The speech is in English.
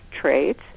traits